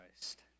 Christ